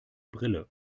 brille